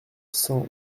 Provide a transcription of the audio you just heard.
cent